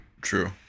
True